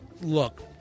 look